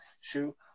shoe